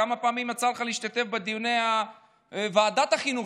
כמה פעמים יצא לך להשתתף בדיוני ועדת החינוך,